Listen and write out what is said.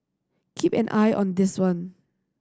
keep an eye on this one